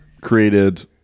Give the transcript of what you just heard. created